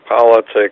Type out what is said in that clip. politics